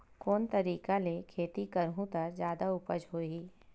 कोन तरीका ले खेती करहु त जादा उपज होही?